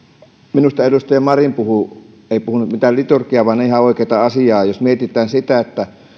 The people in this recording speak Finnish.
minusta edustaja marin ei puhunut mitään liturgiaa vaan ihan oikeata asiaa jos mietitään sitä että